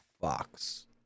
Fox